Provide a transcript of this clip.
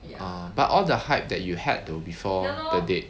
orh but all the hype that you had though before the date